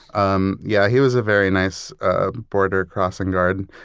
um yeah, he was a very nice border-crossing guard.